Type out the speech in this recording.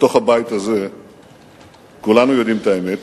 בתוך הבית הזה כולנו יודעים את האמת.